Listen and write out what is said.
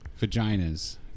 vaginas